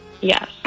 Yes